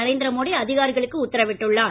நரேந்திர மோடி அதிகாரிகளுக்கு உத்தரவிட்டுள்ளார்